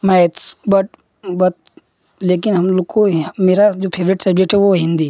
maths but but लेकिन हम लोग को मेरा जो फेवरेट सब्जेक्ट है वो हिन्दी